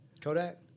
Kodak